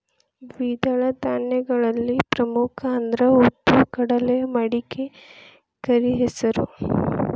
ದ್ವಿದಳ ಧಾನ್ಯಗಳಲ್ಲಿ ಪ್ರಮುಖ ಅಂದ್ರ ಉದ್ದು, ಕಡಲೆ, ಮಡಿಕೆ, ಕರೆಹೆಸರು